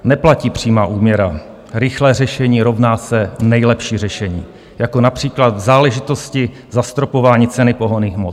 Neplatí přímá úměra: rychlé řešení rovná se nejlepší řešení, jako například v záležitosti zastropování ceny pohonných hmot.